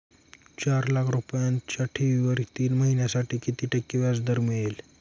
चार लाख रुपयांच्या ठेवीवर तीन महिन्यांसाठी किती टक्के व्याजदर मिळेल?